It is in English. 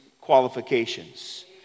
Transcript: qualifications